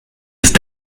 ist